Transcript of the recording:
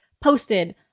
posted